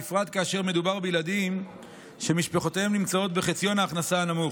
בפרט כאשר מדובר בילדים שמשפחותיהם נמצאות בחציון ההכנסה הנמוך.